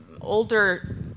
older